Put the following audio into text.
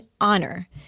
honor